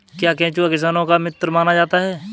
क्या केंचुआ किसानों का मित्र माना जाता है?